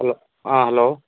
ꯑꯥ hello